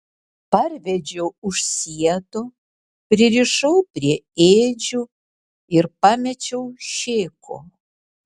parvedžiau už sieto pririšau prie ėdžių ir pamečiau šėko